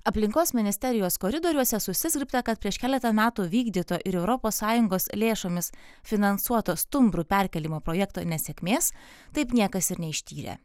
aplinkos ministerijos koridoriuose susizgribta kad prieš keletą metų vykdyto ir europos sąjungos lėšomis finansuoto stumbrų perkėlimo projekto nesėkmės taip niekas ir neištyrė